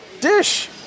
dish